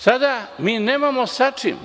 Sada mi nemamo s čime.